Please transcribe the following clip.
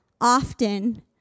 often